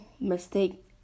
mistake